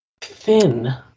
thin